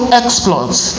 exploits